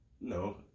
no